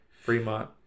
Fremont